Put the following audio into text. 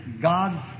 God's